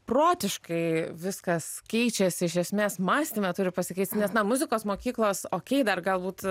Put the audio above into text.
protiškai viskas keičiasi iš esmės mąstyme turi pasikeisti nes nuo muzikos mokyklos okei dar galbūt